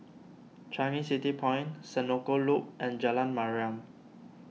Changi City Point Senoko Loop and Jalan Mariam